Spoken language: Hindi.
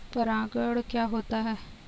परागण क्या होता है?